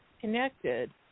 connected